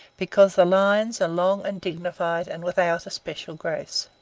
because the lines are long and dignified and without especial grace.